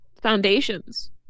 Foundations